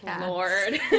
Lord